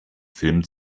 film